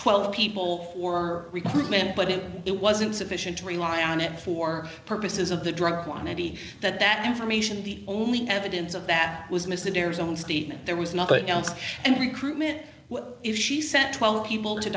twelve people or recruitment but if it wasn't sufficient to rely on it for purposes of the drug quantity that that information the only evidence of that was missing here's own statement there was nothing else and recruitment if she sent twelve people to